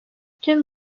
tüm